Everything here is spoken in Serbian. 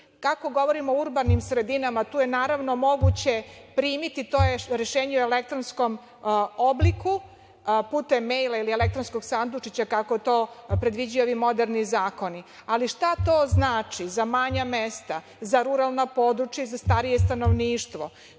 Kako govorimo o urbanim sredinama, tu je naravno moguće primiti rešenje u elektronskom obliku, putem mejla ili elektronskog sandučića, kako to predviđaju ovi moderni zakoni. Šta to znači za manja mesta, za ruralna područja i za starije stanovništvo?